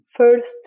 First